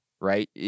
right